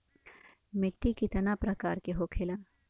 मिट्टी कितना प्रकार के होखेला?